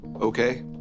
Okay